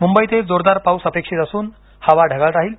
मुंबईतही जोरदार पाऊस अपेक्षित असून हवा ढगाळ राहील